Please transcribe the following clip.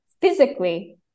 physically